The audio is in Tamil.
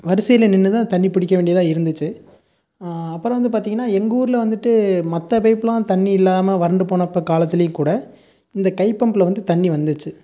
வரிசையில் நின்றுதான் தண்ணி பிடிக்க வேண்டியதாக இருந்துச்சு அப்புறோம் வந்து பார்த்திங்கனா எங்கள் ஊரில் வந்துட்டு மற்ற பைப்பெலாம் தண்ணி இல்லாமல் வறண்டு போனப்போ காலத்திலையும் கூட இந்த கை பம்பில் வந்து தண்ணி வந்துச்சு